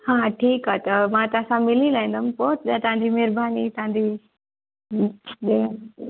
हा ठीकु आहे त मां तव्हांसां मिली लाइंदम पोइ त तव्हांजी महिरबानी हूंदी तव्हांजी ॿियो हा